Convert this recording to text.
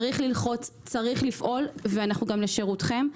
צריך ללחוץ, צריך לפעול, ואנחנו לשירותכם.